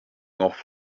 off